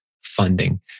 funding